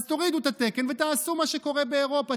אז תורידו את התקן ותעשו מה שקורה באירופה,